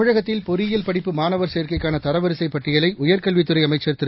தமிழகத்தில் பொறியியல் படிப்பு மாணவர் சேர்க்கைக்கான தரவரிசைப் பட்டியலை உயர்கல்வித் துறை அமைச்சர் திரு